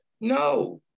No